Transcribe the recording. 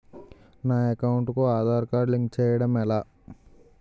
నా అకౌంట్ కు Aadhaar card link చేయడం ఎలా?